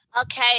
Okay